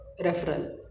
referral